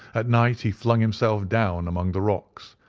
at night he flung himself down among the rocks,